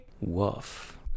woof